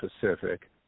Pacific